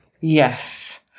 Yes